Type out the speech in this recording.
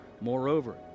Moreover